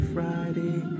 Friday